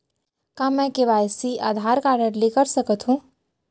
का मैं KYC Aadhaar card से कर सकत हो?